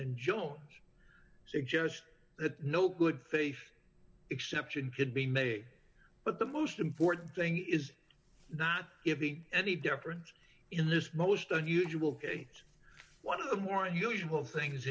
and jones suggest that no good faith exception could be made but the most important thing is not giving any difference in this most unusual case one of the more unusual things